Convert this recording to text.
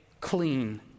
clean